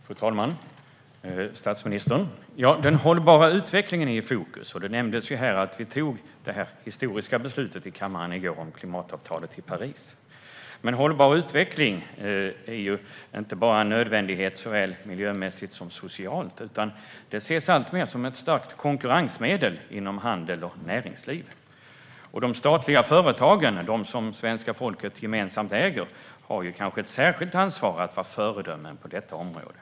Fru talman! Statsministern! Den hållbara utvecklingen är i fokus. Som nämndes fattade vi i går här i kammaren det historiska beslutet om klimatavtalet från Paris. Hållbar utveckling är dock inte bara en nödvändighet såväl miljömässigt som socialt utan ses alltmer som ett starkt konkurrensmedel inom handel och näringsliv. De statliga företagen, som svenska folket äger gemensamt, har kanske ett särskilt ansvar att vara föredömen på detta område.